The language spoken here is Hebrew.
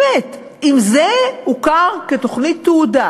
באמת, אם זה הוכר כתוכנית תעודה